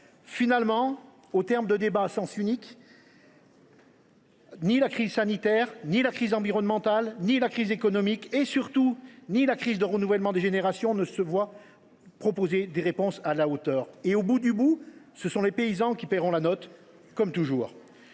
Finalement, au terme de débats à sens unique, ni la crise sanitaire, ni la crise environnementale, ni la crise économique, ni – surtout !– la crise du renouvellement des générations ne se voient proposer de réponses à la hauteur. Et au bout du compte, ce seront les paysans qui paieront la note – comme toujours